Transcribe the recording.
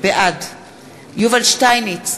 בעד יובל שטייניץ,